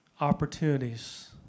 opportunities